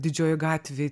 didžiojoj gatvėj